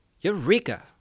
Eureka